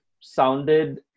sounded